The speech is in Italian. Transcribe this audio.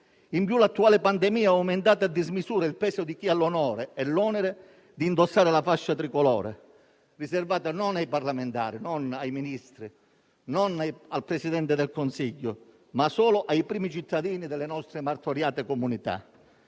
In più l'attuale pandemia ha aumentato a dismisura il peso di chi ha l'onore e l'onere di indossare la fascia tricolore, riservata non ai parlamentari, non ai Ministri, non al Presidente del Consiglio, ma solo ai primi cittadini delle nostre martoriate comunità.